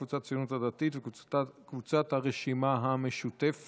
קבוצת סיעת הציונות הדתית וקבוצת סיעת הרשימה המשותפת.